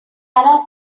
are